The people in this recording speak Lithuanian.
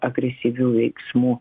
agresyvių veiksmų